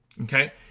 okay